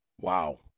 Wow